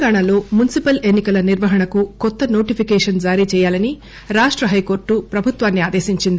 తెలంగాణలో మున్పిపల్ ఎన్నికల నిర్వహణకు కొత్త నోటిఫికేషస్ జారీ చేయాలని రాష్ట హైకోర్టు ప్రభుత్వాన్ని ఆదేశించింది